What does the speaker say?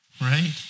right